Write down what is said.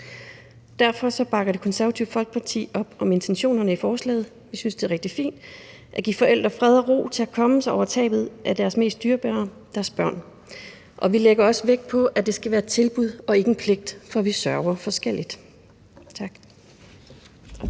Derfor bakker Det Konservative Folkeparti op om intentionerne i forslaget. Vi synes, det er rigtig fint at give forældre fred og ro til at komme sig over tabet af deres mest dyrebare, deres børn. Vi lægger også vægt på, at det skal være et tilbud og ikke en pligt, for vi sørger forskelligt. Tak.